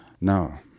Now